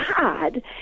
God